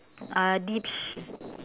uh